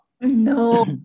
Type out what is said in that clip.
No